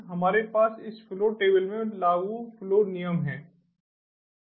हमारे पास इस फ्लो टेबल में लागू फ्लो नियम हैं